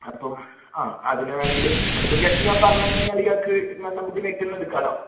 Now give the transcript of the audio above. അപ്പം ആ അതിനെ വേണമെങ്കിൽ അതിപ്പം ജസ്റ്റ് ഞാൻ പറഞ്ഞു തന്നു കഴിഞ്ഞാൽ ഇയാൾക്ക് നമുക്ക് നെറ്റിൽ നിന്നെടുക്കാമല്ലോ